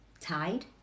tide